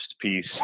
piece